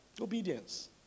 Obedience